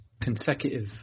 consecutive